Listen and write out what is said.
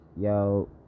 yo